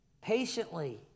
patiently